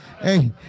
Hey